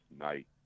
night